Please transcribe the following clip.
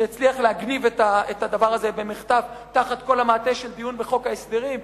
שהצליח להגניב את הדבר הזה במחטף תחת כל המעטה של דיון בחוק ההסדרים,